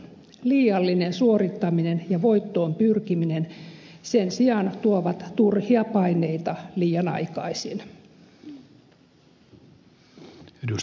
liiallinen suorittaminen ja voittoon pyrkiminen sen sijaan tuovat turhia paineita liian aikaisin